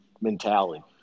mentality